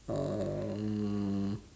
um